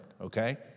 okay